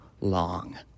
long